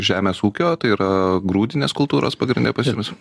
žemės ūkio tai yra grūdinės kultūros pagrinde pas jus